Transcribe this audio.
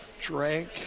drank